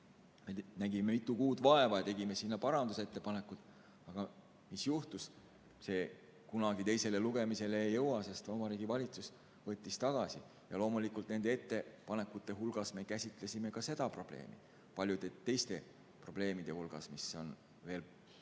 nägime mitu kuud vaeva ja tegime sinna parandusettepanekud. Aga mis juhtus? See kunagi teisele lugemisele ei jõua, sest Vabariigi Valitsus võttis selle tagasi. Loomulikult, nende ettepanekute hulgas me käsitlesime ka seda probleemi paljude teiste probleemide hulgas, mis veel